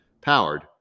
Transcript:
powered